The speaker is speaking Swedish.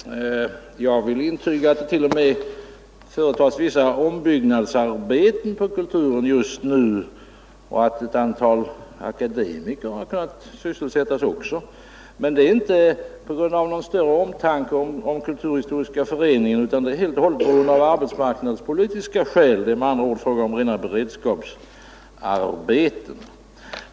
Fru talman! Jag vill intyga att det t.o.m. företas vissa ombyggnadsarbeten vid Kulturen just nu och att också ett antal akademiker har kunnat sysselsättas där. Men det är inte på grund av någon större omtanke om Kulturhistoriska föreningen, utan det är helt och hållet beroende på arbetsmarknadspolitiska skäl. Det är med andra ord fråga om rena beredskapsarbeten.